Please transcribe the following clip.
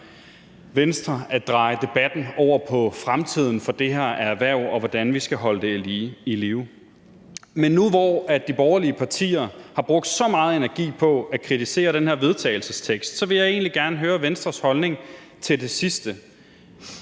Venstre at dreje debatten over på fremtiden for det her erhverv og på, hvordan vi skal holde det i live. Men nu, hvor de borgerlige partier har brugt så meget energi på at kritisere det her forslag til vedtagelse, vil jeg egentlig gerne høre Venstres holdning til det sidste.